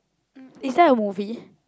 is that a movie